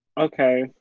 Okay